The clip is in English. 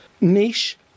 niche